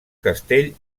castell